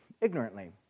ignorantly